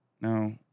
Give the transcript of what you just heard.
no